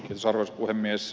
arvoisa puhemies